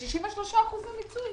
כן, 63% מיצוי.